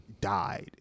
died